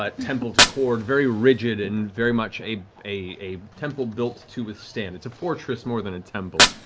ah temple to kord. very rigid and very much a a temple built to withstand. it's a fortress more than a temple.